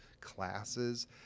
classes